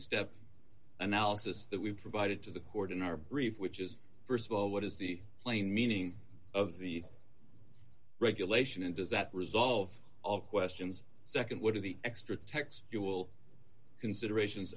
step analysis that we provided to the court in our brief which is st of all what is the plain meaning of the regulation and does that result of all questions nd what are the extra text you will considerations